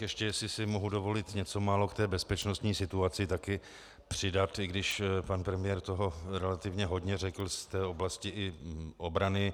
Ještě jestli si mohu dovolit něco málo k bezpečnostní situaci taky přidat, i když pan premiér toho relativně hodně řekl i z té oblasti obrany.